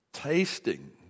Tasting